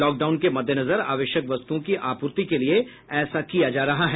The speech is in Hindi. लॉकडाउन के मद्देनजर आवश्यक वस्तुओं की आपूर्ति के लिए ऐसा किया जा रहा है